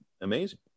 amazing